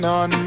on